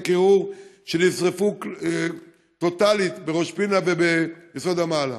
קירור שנשרפו טוטלית בראש פינה וביסוד המעלה.